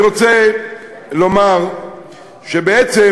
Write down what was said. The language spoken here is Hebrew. אני רוצה לומר שבעצם,